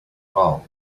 bulb